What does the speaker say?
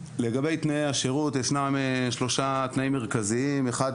לגבי תנאי השירות: ישנם שלושה תנאים מרכזיים והראשון